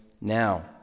now